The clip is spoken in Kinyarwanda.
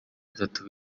bitatu